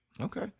Okay